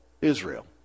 israel